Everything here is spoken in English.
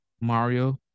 Mario